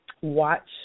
watch